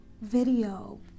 video